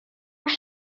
mae